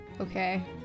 Okay